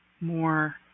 more